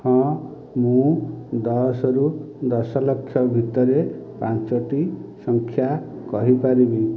ହଁ ମୁଁ ଦଶରୁ ଦଶଲକ୍ଷ ଭିତରେ ପାଞ୍ଚଟି ସଂଖ୍ୟା କହିପାରିବି